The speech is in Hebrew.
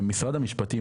משרד המשפטים,